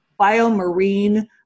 biomarine